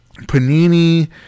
Panini